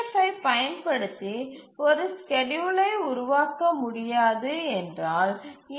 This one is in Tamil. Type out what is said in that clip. எஃப் ஐப் பயன்படுத்தி ஒரு ஸ்கேட்யூளை உருவாக்க முடியாது என்றால் ஈ